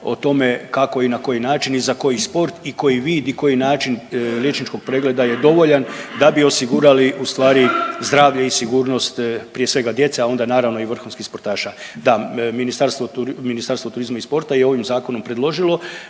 o tome kako i na koji način i za koji sport i koji vid i koji način liječničkog pregleda je dovoljan da bi osigurali ustvari zdravlje i sigurnost prije svega djece, a onda naravno i vrhunskih sportaša. Da, Ministarstvo turizma i sporta je ovim zakonom predložilo